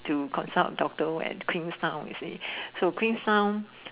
to consult doctor that work at Queenstown you see so Queenstown